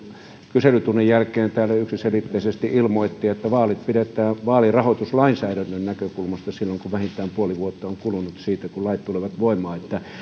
kyselytunnin jälkeen täällä yksiselitteisesti ilmoitti että vaalit pidetään vaalirahoituslainsäädännön näkökulmasta silloin kun vähintään puoli vuotta on kulunut siitä kun lait tulevat voimaan